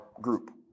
group